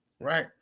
right